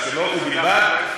ועכשיו, לאחר שדיברתי על החוק,